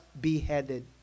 beheaded